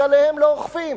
אז עליהם לא אוכפים.